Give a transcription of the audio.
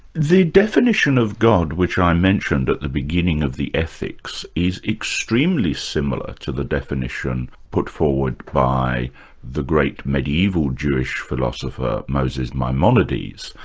the definition of god which i mentioned at the beginning of the ethics, is extremely similar to the definition put forward by the great medieval jewish philosopher, moses maimonides.